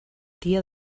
dia